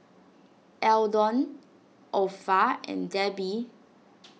Eldon Orpha and Debi